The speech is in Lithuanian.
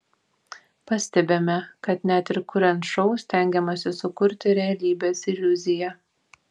pastebime kad net ir kuriant šou stengiamasi sukurti realybės iliuziją